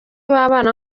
w’abana